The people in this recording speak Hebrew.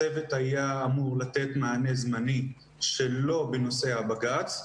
הצוות היה אמור לתת מענה זמני שלא בנושא הבג"צ.